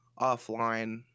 offline